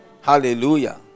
Hallelujah